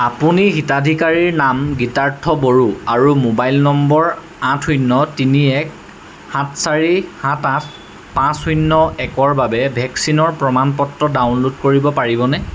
আপুনি হিতাধিকাৰীৰ নাম গীতাৰ্থ বড়ো আৰু মোবাইল নম্বৰ আঠ শূণ্য তিনি এক সাত চাৰি সাত আঠ পাঁচ শূণ্য একৰ বাবে ভেকচিনৰ প্ৰমাণ পত্ৰ ডাউনলোড কৰিব পাৰিবনে